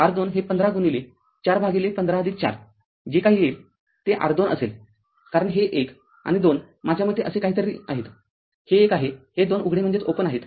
तर R२ हे १५ गुणिले ४ भागिले १५४ जे काही येईल ते R२असेल कारण हे एक आणि २ माझ्या मते असे काहीतरी आहेत हे एक आहे हे २ उघडे आहेत